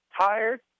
tired